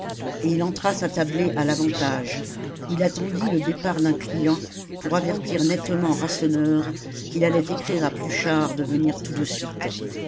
et il entra s'attabler à l'avantage il attendit le départ d'un client pour avertir nettement rasseneur qu'il allait écrire à pluchart de venir tout de suite